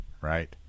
right